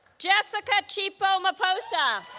jessica chipo maposa